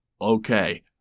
okay